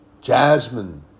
Jasmine